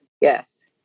Yes